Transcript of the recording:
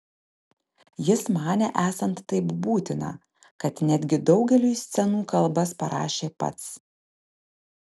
jis manė esant taip būtina kad netgi daugeliui scenų kalbas parašė pats